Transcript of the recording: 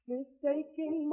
Mistaking